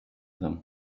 them